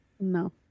No